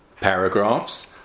paragraphs